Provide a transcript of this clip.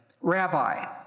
Rabbi